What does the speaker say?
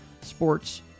sports